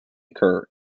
occur